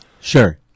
Sure